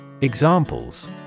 Examples